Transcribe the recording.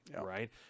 right